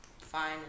fine